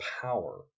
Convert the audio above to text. power